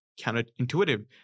counterintuitive